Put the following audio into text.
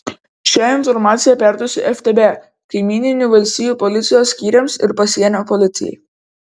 šią informaciją perduosiu ftb kaimyninių valstijų policijos skyriams ir pasienio policijai